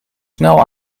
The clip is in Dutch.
snel